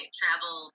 travel